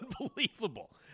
unbelievable